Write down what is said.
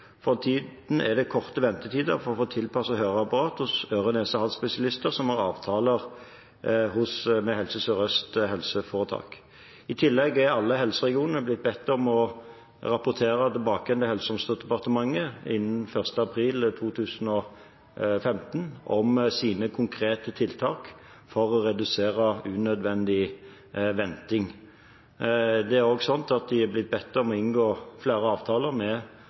For tiden er det korte ventetider for å få tilpasset høreapparat hos øre-nese-hals-spesialister som har avtaler med Helse Sør-Øst helseforetak. I tillegg er alle helseregionene blitt bedt om å rapportere tilbake igjen til Helse- og omsorgsdepartementet innen 1. april 2015 om sine konkrete tiltak for å redusere unødvendig venting. De har også blitt bedt om å inngå flere avtaler med